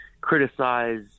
criticize